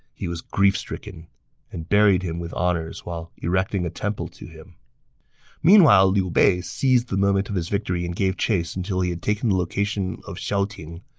he was grief-stricken and buried him with honors while erecting a temple to him meanwhile, liu bei seized the momentum of his victory and gave chase until he had taken the location of xiaoting.